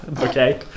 Okay